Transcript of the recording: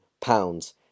pounds